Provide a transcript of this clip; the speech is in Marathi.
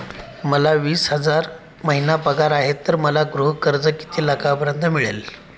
मला वीस हजार महिना पगार आहे तर मला गृह कर्ज किती लाखांपर्यंत मिळेल?